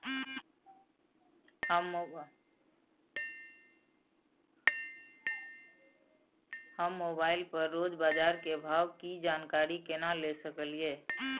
हम मोबाइल पर रोज बाजार के भाव की जानकारी केना ले सकलियै?